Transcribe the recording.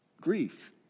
grief